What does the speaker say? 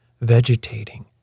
vegetating